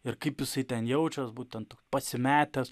ir kaip jisai ten jaučias būtent pasimetęs